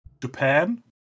japan